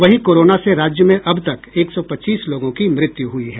वहीं कोरोना से राज्य में अब तक एक सौ पच्चीस लोगों की मृत्यु हुई है